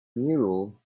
mule